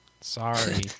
Sorry